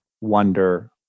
wonder